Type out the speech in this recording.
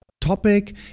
topic